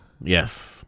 Yes